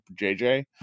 JJ